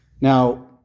Now